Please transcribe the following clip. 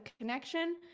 connection